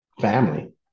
family